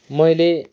मैले